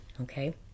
okay